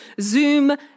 Zoom